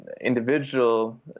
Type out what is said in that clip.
individual